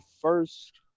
first